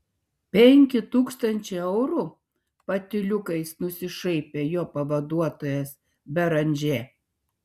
penki tūkstančiai eurų patyliukais nusišaipė jo pavaduotojas beranžė